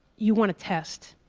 you want to test.